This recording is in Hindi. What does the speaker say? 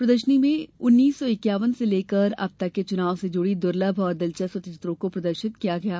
प्रदर्शनी में उन्नीस सौ इक्यावन से लेकर अब तक के चुनाव से जुड़ी दुर्लभ और दिलचस्प चित्रों को प्रदर्शित किया गया है